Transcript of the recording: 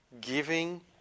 giving